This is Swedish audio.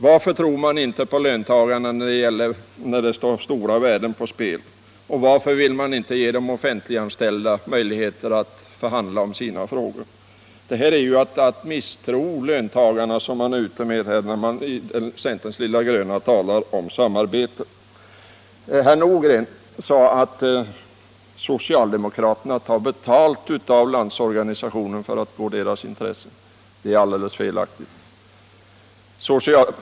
Varför tror man inte på löntagarna när det står stora värden på spel? Och varför vill man inte ge de offentliganställda möjligheter att förhandla om sina angelägenheter? Det här är ju att misstro löntagarna, medan man i ”Centerns lilla gröna” talar om samarbete. Herr Nordgren sade att socialdemokraterna tar betalt av Landsorganisationen för att tillvarata dess intressen. Det är alldeles felaktigt.